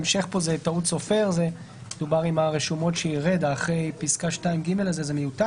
אחרי פסקה (2ג) יבוא: